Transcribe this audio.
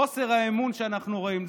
חוסר האמון שאנחנו רואים,